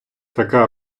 така